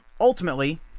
ultimately